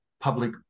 public